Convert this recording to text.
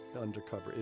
undercover